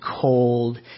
cold